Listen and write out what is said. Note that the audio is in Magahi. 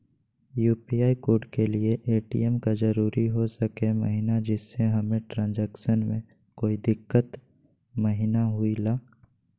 यू.पी.आई कोड के लिए ए.टी.एम का जरूरी हो सके महिना जिससे हमें ट्रांजैक्शन में कोई दिक्कत महिना हुई ला?